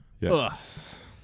Yes